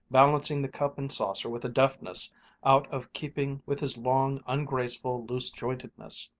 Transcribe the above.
balancing the cup and saucer with a deftness out of keeping with his long, ungraceful loose-jointedness.